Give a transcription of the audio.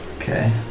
Okay